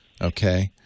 Okay